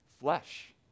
Flesh